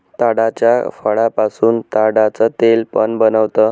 ताडाच्या फळापासून ताडाच तेल पण बनत